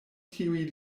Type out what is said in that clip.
tiuj